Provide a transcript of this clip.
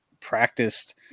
practiced